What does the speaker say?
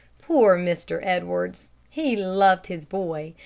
poor mr. edwards! he loved his boy,